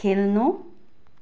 खेल्नु